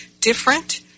different